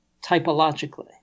typologically